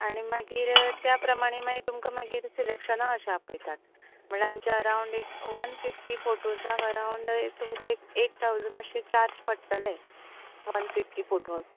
आनी मागीर त्या प्रमाणे मागीर तुमकां मागीर सिलेक्शना अशें आपयतात म्हणल्यार आमचे अरावंड एक वन फिफ्टी फोटोजांक अरावंड एक तुमकां एक एट थावसंड अशें चार्ज पडटलें वन फिफ्टी फोटोज